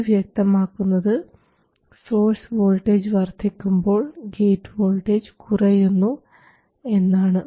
ഇത് വ്യക്തമാക്കുന്നത് source voltage വർദ്ധിക്കുമ്പോൾ ഗേറ്റ് വോൾട്ടേജ് കുറയുന്നു എന്നാണ്